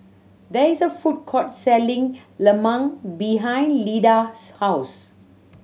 there is a food court selling lemang behind Leda's house